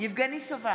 יבגני סובה,